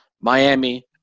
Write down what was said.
Miami